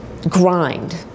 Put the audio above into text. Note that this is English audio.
grind